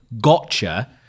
gotcha